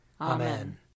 Amen